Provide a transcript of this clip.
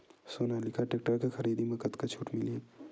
Sonalika tractor के खरीदी मा कतका छूट मीलही?